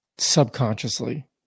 subconsciously